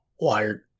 wired